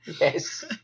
Yes